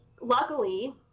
luckily